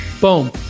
boom